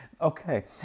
Okay